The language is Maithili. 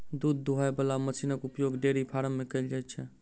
दूध दूहय बला मशीनक उपयोग डेयरी फार्म मे कयल जाइत छै